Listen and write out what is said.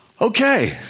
Okay